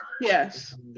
Yes